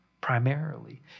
primarily